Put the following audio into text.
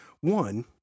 One